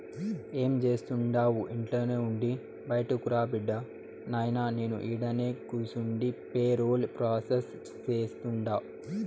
ఏం జేస్తండావు ఇంట్లోనే ఉండి బైటకురా బిడ్డా, నాయినా నేను ఈడనే కూసుండి పేరోల్ ప్రాసెస్ సేస్తుండా